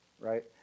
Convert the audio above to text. right